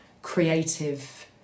creative